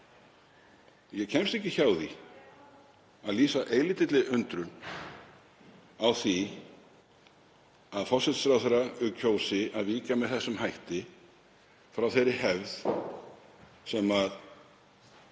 Ég kemst ekki hjá því að lýsa eilítilli undrun á því að forsætisráðherra kjósi að víkja með þeim hætti frá þeirri hefð sem